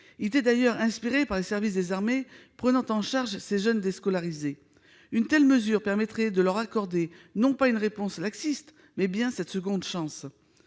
était d'ailleurs inspiré par les services des armées prenant en charge ces jeunes déscolarisés. Une telle mesure permettrait de leur accorder non pas une réponse laxiste, mais bien une seconde chance.